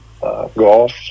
golf